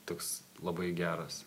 toks labai geras